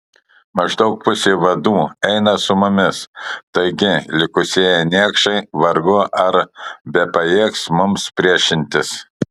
maždaug pusė vadų eina su mumis taigi likusieji niekšai vargu ar bepajėgs mums priešintis